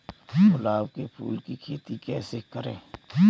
गुलाब के फूल की खेती कैसे करें?